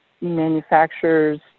manufacturers